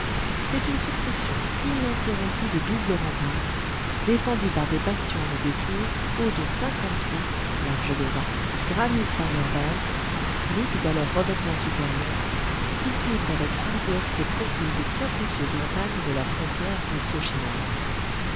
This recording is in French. c'est une succession ininterrompue de doubles remparts défendus par des bastions et des tours hauts de cinquante pieds larges de vingt granit par leur base briques à leur revêtement supérieur qui suivent avec hardiesse le profil des capricieuses montagnes de la frontière